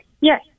Yes